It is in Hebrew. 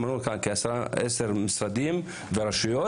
ראינו כאן כ-10 משרדים ורשויות